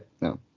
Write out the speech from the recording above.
No